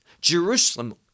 jerusalem